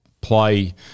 play